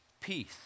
peace